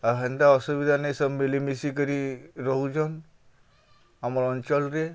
ହେନ୍ତା ଅସୁବିଧାନେ ସବ୍ ମିଲିମିଶିକରି ରହୁଚନ୍ ଆମ ଅଞ୍ଚଲ୍ରେ